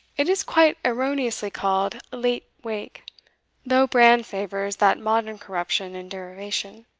it is quite erroneously called late-wake, though brand favours that modern corruption and derivation.